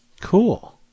Cool